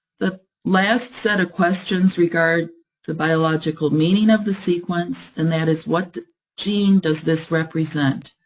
the last set of questions regard the biological meaning of the sequence, and that is what gene does this represent?